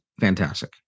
fantastic